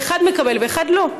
ואחד מקבל ואחד לא.